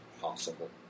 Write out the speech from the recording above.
possible